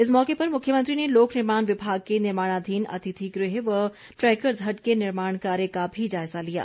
इस मौके पर मुख्यमंत्री ने लोकनिर्माण विभाग के निर्माणाधीन अतिथिगृह व ट्रैकर्ज हट के निर्माण कार्य का भी जायजा लिया